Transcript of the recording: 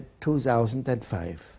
2005